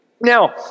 Now